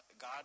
god